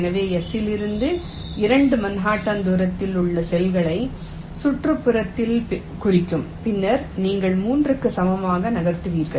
எனவே S இலிருந்து 2 Manhattan தூரத்தில் உள்ள செல்களை சுற்றுப்புறத்தில் குறிக்கும் பின்னர் நீங்கள் 3 க்கு சமமாக நகர்த்துவீர்கள்